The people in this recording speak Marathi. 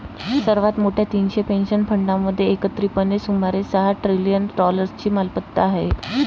सर्वात मोठ्या तीनशे पेन्शन फंडांमध्ये एकत्रितपणे सुमारे सहा ट्रिलियन डॉलर्सची मालमत्ता आहे